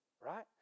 Right